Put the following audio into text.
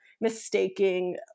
mistaking